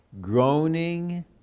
groaning